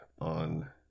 on